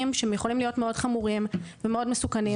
שיכולים להיות מאוד חמורים ומאוד מסוכנים.